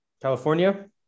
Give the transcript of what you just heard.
California